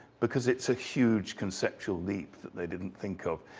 because it's a huge conceptual leap that they didn't think of.